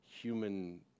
human